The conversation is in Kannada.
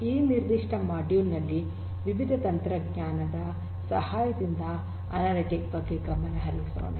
ಈ ನಿರ್ದಿಷ್ಟ ಮಾಡ್ಯೂಲ್ ನಲ್ಲಿ ವಿವಿಧ ತಂತ್ರಜ್ಞಾನದ ಸಹಾಯದಿಂದ ಅನಾಲಿಟಿಕ್ ಬಗ್ಗೆ ಗಮನ ಹರಿಸೋಣ